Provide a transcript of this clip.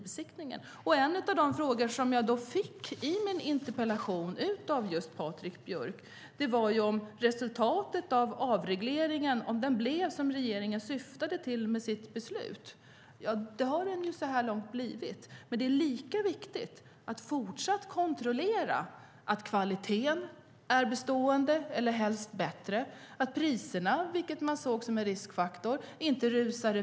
En av de frågor jag fick i interpellationen gällde resultatet av avregleringen - blev den som regeringen syftade till? Ja, det har den så här långt blivit. Men det är viktigt att fortsatt kontrollera att kvaliteten är bestående eller helst bättre och att priserna inte rusar i väg, vilket man såg som en riskfaktor.